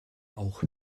auch